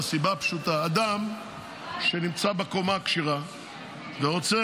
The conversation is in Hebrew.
מהסיבה הפשוטה: אדם שנמצא בקומה הכשרה ורוצה